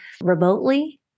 remotely